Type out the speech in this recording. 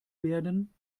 werden